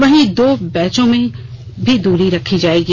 वहीं दो बैंचों में भी दूरी रखी जायेगी